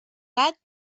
gat